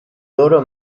loro